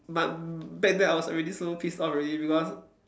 but back then I was already so pissed off already because